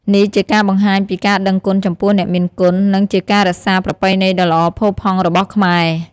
នេះជាការបង្ហាញពីការដឹងគុណចំពោះអ្នកមានគុណ និងជាការរក្សាប្រពៃណីដ៏ល្អផូរផង់របស់ខ្មែរ។